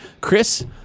Chris